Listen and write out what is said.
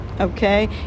okay